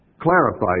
clarify